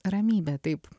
ramybė taip